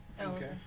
Okay